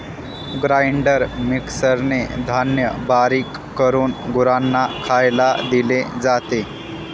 grinder मिक्सरने धान्य बारीक करून गुरांना खायला दिले जाते